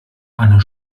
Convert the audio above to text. anne